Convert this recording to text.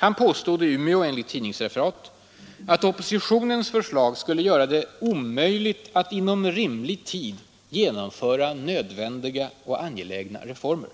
Han påstod i Umeå enligt tidningsreferat att oppositionens förslag skulle göra det ”omöjligt att inom rimlig tid genomföra nödvändiga och angelägna reformer”.